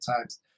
times